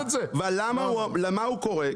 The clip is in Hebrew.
למה הוא קורא?